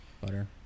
Butter